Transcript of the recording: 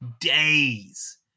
days